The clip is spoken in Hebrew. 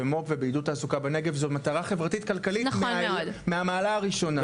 במו"פ ובעידוד תעסוקה בנגב זו מטרה חברתית כלכלית מהמעלה הראשונה.